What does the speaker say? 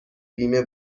بیمه